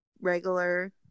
Regular